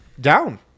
Down